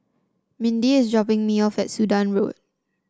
Mindy is dropping me off at Sudan Road